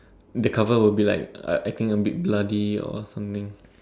the cover will be like I I think I'm a bit bloody or something